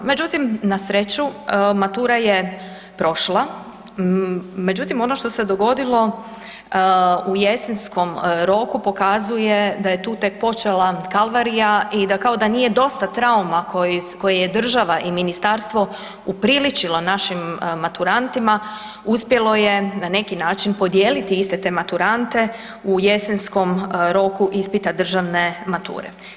Međutim, na sreću matura je prošla, međutim ono što se dogodilo u jesenskom roku pokazuje da je tu tek počela kalvarija i da kao da nije dosta trauma koje je država i ministarstvo upriličilo našim maturantima, uspjelo je na neki način podijeliti iste te maturante u jesenskom roku ispita državne mature.